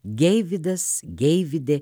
geividas geividė